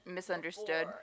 Misunderstood